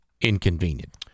inconvenient